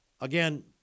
again